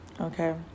okay